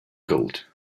gold